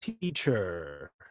teacher